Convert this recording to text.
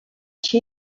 així